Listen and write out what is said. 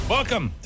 Welcome